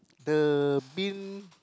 the bin